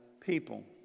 people